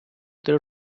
три